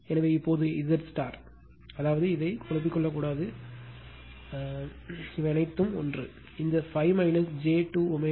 எனவே இப்போது Z if அதாவது இதை குழப்பிக் கொள்ளக்கூடாது என்ன செய்ய முடியும் என்றால் இவை அனைத்தும் ஒன்றே